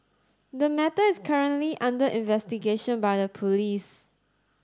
the matter is currently under investigation by the police